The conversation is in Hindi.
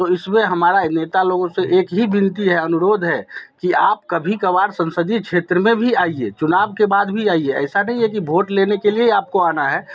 तो इसमें हमारा नेता लोगों से एक ही विनती है अनुरोध है कि आप कभी कभार संसदीय क्षेत्र में भी आइए चुनाव के बाद भी आइए ऐसा नहीं है कि भोट लेने के लिए आपको आना है